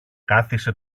κάθισε